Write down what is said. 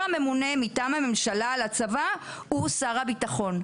הממונה מטעם הממשלה על הצבא הוא שר הביטחון.